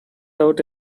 out